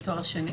זה תואר שני?